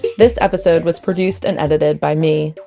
this episode was produced and edited by me,